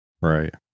Right